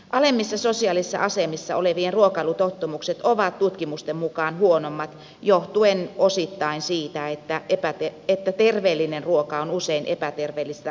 alemmissa sosiaalisissa asemissa olevien ruokailutottumukset ovat tutkimusten mukaan huonommat johtuen osittain siitä että terveellinen ruoka on usein epäterveellistä ruokaa kalliimpaa